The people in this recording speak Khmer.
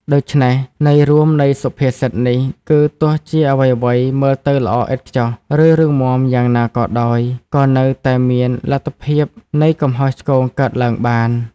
ដូច្នេះ ន័យរួមនៃសុភាសិតនេះគឺ ទោះជាអ្វីៗមើលទៅល្អឥតខ្ចោះ ឬរឹងមាំយ៉ាងណាក៏ដោយ ក៏នៅតែមានលទ្ធភាពនៃកំហុសឆ្គងកើតឡើងបាន។